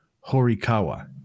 Horikawa